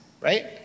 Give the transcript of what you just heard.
right